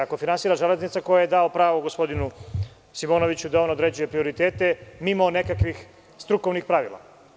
Ako finansira „Železnica“, ko je dao pravo gospodinu Simonoviću da on određuje prioritet mimo nekakvih strukovnih pravila?